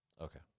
Okay